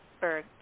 Berg